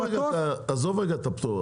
עזוב לרגע את הפטור.